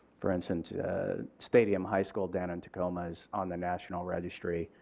for instance stadium high school down in tacoma is on the national registry.